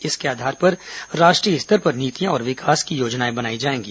इसके आधार पर राष्ट्रीय स्तर पर नीतियां और विकास की योजनाएं बनाई जाएंगी